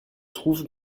trouvent